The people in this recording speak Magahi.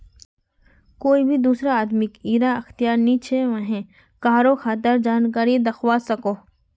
कोए भी दुसरा आदमीक इरा अख्तियार नी छे व्हेन कहारों खातार जानकारी दाखवा सकोह